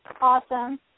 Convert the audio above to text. awesome